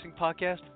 podcast